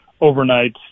overnight